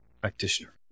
Practitioner